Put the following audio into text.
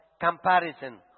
comparison